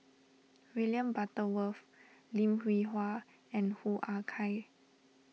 William Butterworth Lim Hwee Hua and Hoo Ah Kay